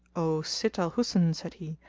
o sitt al-husn, said he,